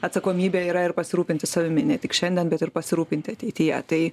atsakomybė yra ir pasirūpinti savimi ne tik šiandien bet ir pasirūpinti ateityje tai